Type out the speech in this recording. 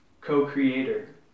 co-creator